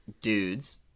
dudes